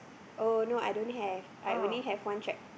oh no I don't have I only have one track